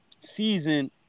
season